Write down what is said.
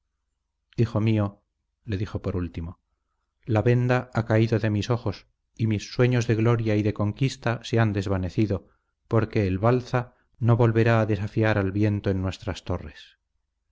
hijo mío le dijo por último la venda ha caído de mis ojos y mis sueños de gloria y de conquista se han desvanecido porque el balza no volverá a desafiar al viento en nuestras torres